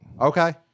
Okay